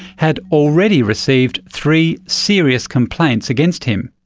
had already received three serious complaints against him.